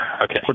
Okay